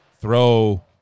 throw